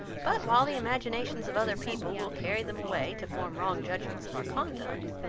but while the imaginations of other people will carry them away to form wrong judgments of our conduct,